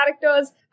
characters